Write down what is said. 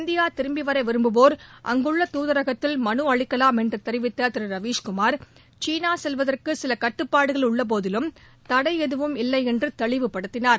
India திரும்பி வர விரும்புவோர் அங்குள்ள துதரகத்தில் மனு அளிக்கலாம் என்று தெரிவித்த திரு ரவிஸ்குமார் கீனா செல்வதற்கு சில கட்டுப்பாடுகள் உள்ளபோதிலும் தடை எதுவும் இல்லை என்று தெளிவுபடுத்தினார்